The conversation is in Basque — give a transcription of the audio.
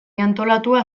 antolatua